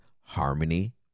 harmony